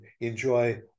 enjoy